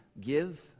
give